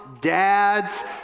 dads